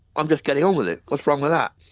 i'm just getting on with it, what's wrong with that.